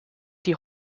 die